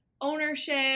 ownership